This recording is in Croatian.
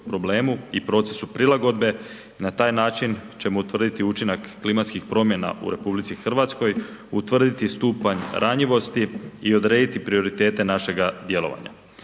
i procesu prilagodbe i na taj način ćemo učiniti učinak klimatskih promjena u RH, utvrditi stupanj ranjivosti i odrediti prioritete našega djelovanja.